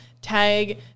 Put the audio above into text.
tag